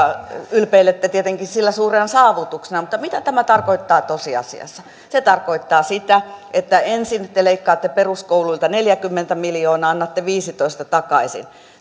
ylpeilette sillä suurena saavutuksena mutta mitä tämä tarkoittaa tosiasiassa se tarkoittaa sitä että ensin te leikkaatte peruskouluilta neljäkymmentä miljoonaa ja annatte viidentoista takaisin